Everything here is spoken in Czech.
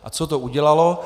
A co to udělalo?